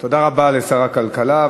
תודה רבה לשר הכלכלה.